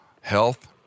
health